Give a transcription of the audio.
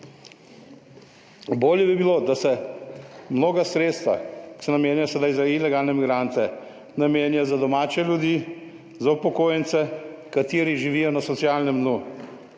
Bolje bi bilo, da se mnoga sredstva, ki se namenjajo sedaj za ilegalne migrante, namenja za domače ljudi, za upokojence, kateri živijo na socialnem dnu.